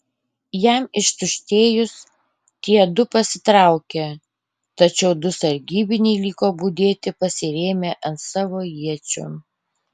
jam ištuštėjus tie du pasitraukė tačiau du sargybiniai liko budėti pasirėmę ant savo iečių